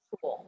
cool